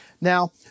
Now